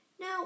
Now